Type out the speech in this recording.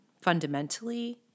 fundamentally